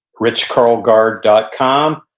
richkarlgaard dot com.